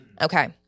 Okay